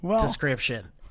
Description